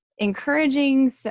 encouraging